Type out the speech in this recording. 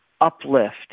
uplift